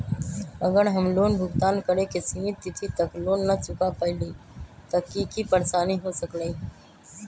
अगर हम लोन भुगतान करे के सिमित तिथि तक लोन न चुका पईली त की की परेशानी हो सकलई ह?